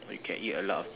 you can eat a lot